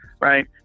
right